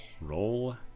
roll